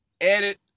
edit